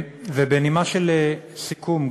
ובנימה של סיכום,